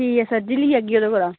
ठीक ऐ सर जी लेई आह्गी में ओह्दे कोला